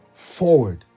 forward